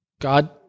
God